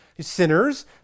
sinners